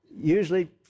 usually